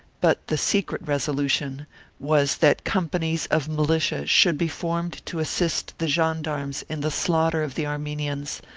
but the secret resolution was that companies of militia should be formed to assist the gendarmes in the slaughter of the armenians,